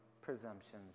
presumptions